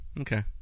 Okay